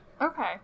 Okay